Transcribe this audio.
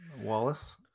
Wallace